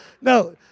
No